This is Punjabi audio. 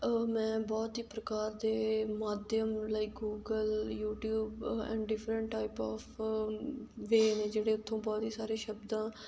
ਮੈਂ ਬਹੁਤ ਹੀ ਪ੍ਰਕਾਰ ਦੇ ਮਾਧਿਅਮ like Google YouTube and different type of way ਨੇ ਜਿਹੜੇ ਉੱਥੋਂ ਬਹੁਤ ਹੀ ਸਾਰੇ ਸ਼ਬਦਾਂ